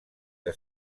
que